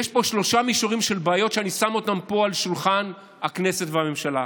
יש פה שלושה מישורים של בעיות שאני שם אותם פה על שולחן הכנסת והממשלה.